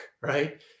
right